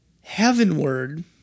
heavenward